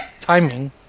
timing